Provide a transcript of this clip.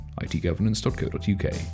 itgovernance.co.uk